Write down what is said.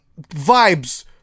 vibes